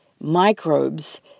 microbes